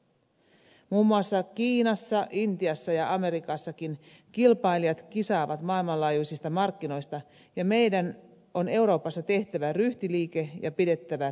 muun muassa kiinassa intiassa ja amerikassakin kilpailijat kisaavat maailmanlaajuisista markkinoista ja meidän on euroopassa tehtävä ryhtiliike ja pidettävä pää pinnalla